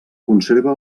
conserva